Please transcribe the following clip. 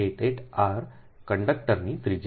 7788 r કંડક્ટરની ત્રિજ્યા